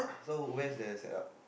so where's the setup